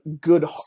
good